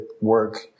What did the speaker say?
work